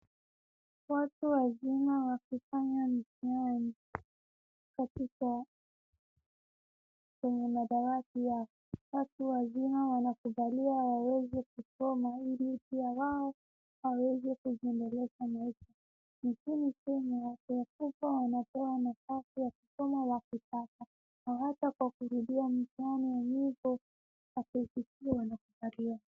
Watu wazima wakifanya mitihani katika kwenye madawati yao. Watu wazima wanakubaliwa waweze kusoma ili pia wao waweze kujiendeleza maisha. Nchini Kenya, watu wakubwa wanapewa nafasi ya kusoma wakitaka na hata kwa kulipia mitihani ya mwisho ya KCPE wanakubaliwa.